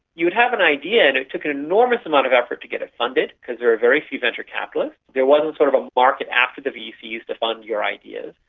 you'd have an idea and it took an enormous amount of effort to get it funded because there were very few venture capitalists, there wasn't sort of a market after the vcs to fund your ideas,